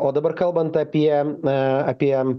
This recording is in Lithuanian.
o dabar kalbant apie na apie